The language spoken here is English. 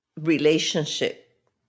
relationship